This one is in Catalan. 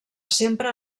sempre